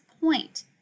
point